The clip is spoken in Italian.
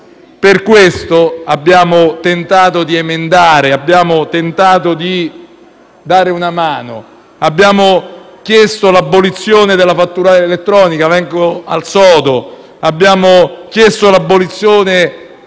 Per questo abbiamo tentato di emendare, abbiamo tentato di dare una mano, abbiamo chiesto l'abolizione della fattura elettronica - vengo al sodo -, abbiamo chiesto l'abolizione